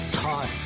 hot